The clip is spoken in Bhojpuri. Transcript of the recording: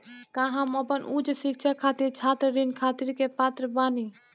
का हम अपन उच्च शिक्षा खातिर छात्र ऋण खातिर के पात्र बानी?